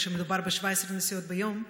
כשמדובר ב-17 נסיעות ביום,